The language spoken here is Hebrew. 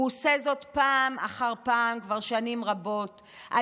הוא עושה זאת פעם אחר פעם כבר שנים רבות על